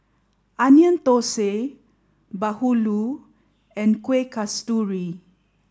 Onion Thosai Bahulu and Kueh Kasturi